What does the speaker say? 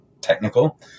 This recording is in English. technical